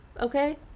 Okay